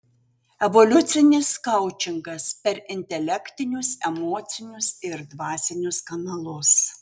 evoliucinis koučingas per intelektinius emocinius ir dvasinius kanalus